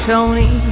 Tony